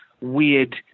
weird